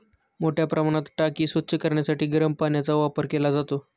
मोठ्या प्रमाणात टाकी स्वच्छ करण्यासाठी गरम पाण्याचा वापर केला जातो